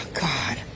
God